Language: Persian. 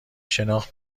شناخت